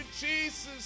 Jesus